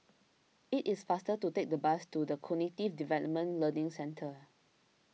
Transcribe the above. it is faster to take the bus to the Cognitive Development Learning Centre